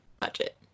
budget